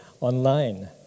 online